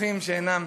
אורחים שאינם.